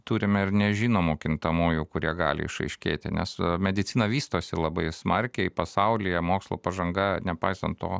turime ir nežinomų kintamųjų kurie gali išaiškėti nes medicina vystosi labai smarkiai pasaulyje mokslo pažanga nepaisant to